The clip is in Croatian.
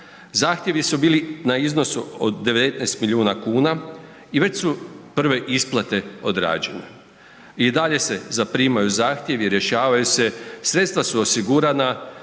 zahtjevi su bili na iznosu od 19 milijuna kuna i već su prve isplate odrađene. I dalje se zaprimaju zahtjevi, rješavaju se, sredstva su osigurana